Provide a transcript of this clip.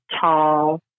tall